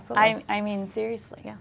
so i um i mean, seriously. yeah